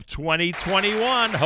2021